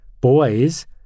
Boys